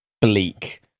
bleak